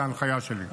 על ההנחיה שלי.